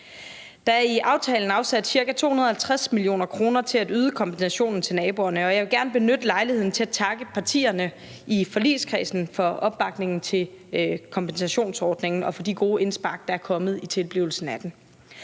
Der er i aftalen afsat ca. 250 mio. kr. til at yde kompensation til naboerne, og jeg vil gerne benytte lejligheden til at takke partierne i forligskredsen for opbakningen til kompensationsordningen og for de gode indspark, der er kommet i tilblivelsen af den.